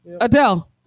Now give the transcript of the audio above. Adele